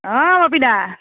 অ ৰবিদা